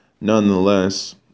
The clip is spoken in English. nonetheless